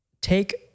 take